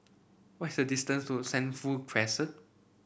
what is the distance to Sentul Crescent